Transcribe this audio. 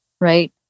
right